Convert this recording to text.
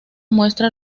muestra